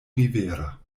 rivera